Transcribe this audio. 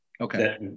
Okay